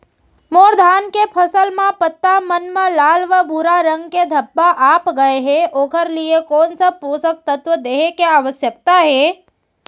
मोर धान के फसल म पत्ता मन म लाल व भूरा रंग के धब्बा आप गए हे ओखर लिए कोन स पोसक तत्व देहे के आवश्यकता हे?